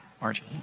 Margie